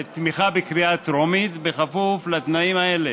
בקריאה טרומית בכפוף לתנאים האלה: